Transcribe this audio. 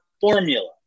formula